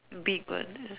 big one